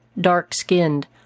dark-skinned